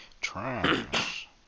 Trash